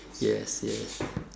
yes yes